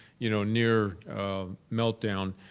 you know, near meltdown.